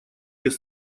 без